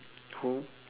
who